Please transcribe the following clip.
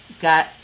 got